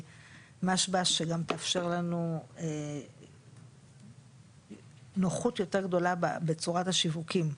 משב"ש שגם תאפשר לנו נוחות יותר גדולה בצורת השיווקים.